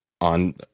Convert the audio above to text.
on